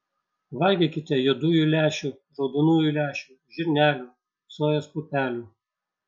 valgykite juodųjų lęšių raudonųjų lęšių žirnelių sojos pupelių